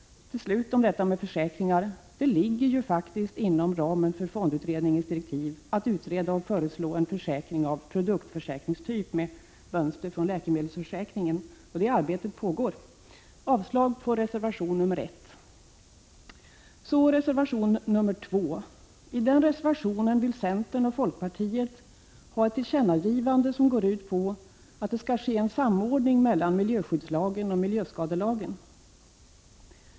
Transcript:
Till slut om detta med försäkringar: Det ligger faktiskt inom ramen för fondutredningens direktiv att utreda och föreslå en försäkring av produktförsäkringstyp med mönster från läkemedelsförsäkringen. Ett sådant arbete pågår. Jag yrkar avslag på reservation nr 1. Så till reservation nr 2. I den reservationen anför centern och folkpartiet att de vill ha ett tillkännagivande som går ut på att det skall ske en samordning mellan miljöskyddslagen och miljöskadelagen.